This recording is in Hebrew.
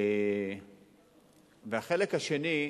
והחלק השני,